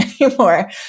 anymore